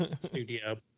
studio